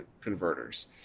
converters